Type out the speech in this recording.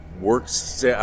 Works